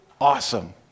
awesome